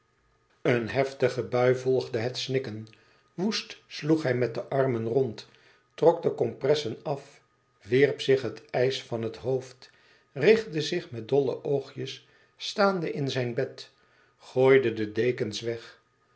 een heftige bui volgde het snikken woest sloeg hij met de armen rond trok de kompressen af wierp zich het ijs van het hoofd richtte zich met dolle oogjes staande in zijn bed gooide de dekens weg